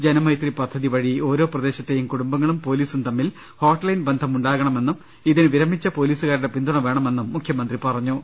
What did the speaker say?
ജനമൈത്രി പദ്ധതിവഴി ഓരോ പ്രദേശത്തെയും കുടുംബങ്ങളും പൊലീസും തമ്മിൽ ഹോട്ട്ലൈൻ ബന്ധമുണ്ടാകണമെന്നും ഇതിന് വിരമിച്ച പൊലീസുകാരുടെ പിന്തുണ വേണമെന്നും മുഖ്യമന്ത്രി പറഞ്ഞു